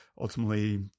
ultimately